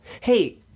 Hey